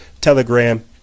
Telegram